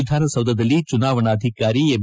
ವಿಧಾನಸೌಧದಲ್ಲಿ ಚುನಾವಣಾಧಿಕಾರಿ ಎಂ